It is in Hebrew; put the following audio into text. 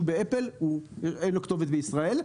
בעיה ב"אפל" אין לו כתובת בישראל.